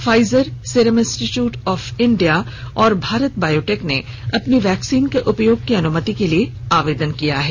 Pfizer Serum Institute of India और Bharat Biotech ने अपनी वैक्सीन के उपयोग की अनुमति के लिए आवेदन किया है